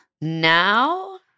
Now